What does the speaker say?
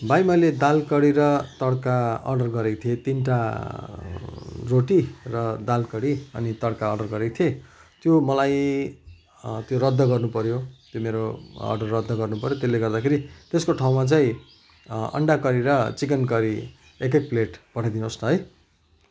भाइ मैले दाल कडी र तड्का अर्डर गरेको थिएँ तिनवटा रोटी र दाल कडी अनि तड्का अर्डर गरेको थिएँ त्यो मलाई त्यो रद्द गर्नुपऱ्यो त्यो मेरो अर्डर रद्द गर्नुपऱ्यो त्यसले गर्दाखेरि त्यसको ठाउँमा चाहिँ अन्डा करी र चिकन करी एक एक प्लेट पठाइ दिनुहोस् न है